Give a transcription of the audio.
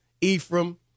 Ephraim